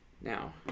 Now